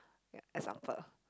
ya example